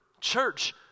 Church